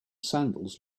sandals